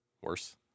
worse